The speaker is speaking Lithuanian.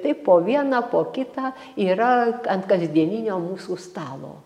taip po vieną po kitą yra ant kasdieninio mūsų stalo